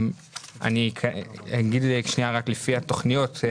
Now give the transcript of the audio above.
אני אגיד את הדברים לפי התוכניות: